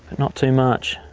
not too much.